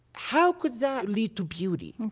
how could that lead to beauty? and